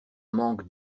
manque